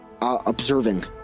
observing